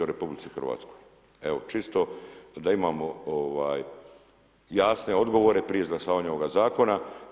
Evo čisto da imamo jasne odgovore prije izglasavanja ovog zakona.